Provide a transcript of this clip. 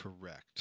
correct